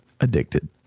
Addicted